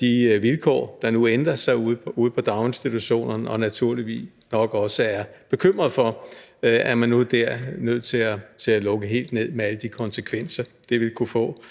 de vilkår, der nu ændrer sig ude i daginstitutionerne, og som naturligvis nok også er bekymrede for, om man nu dér er nødt til at lukke helt ned med alle de konsekvenser, det vil kunne få.